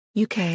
UK